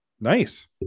Nice